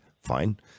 Fine